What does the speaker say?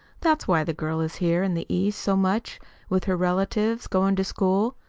that's why the girl is here in the east so much with her relatives, going to school.